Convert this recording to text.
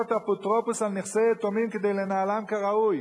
אפוטרופוס על נכסי יתומים כדי לנהלם כראוי.